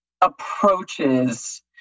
approaches